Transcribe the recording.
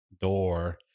door